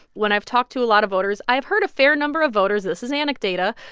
when i've talked to a lot of voters, i've heard a fair number of voters this is anecdata.